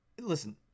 Listen